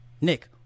Nick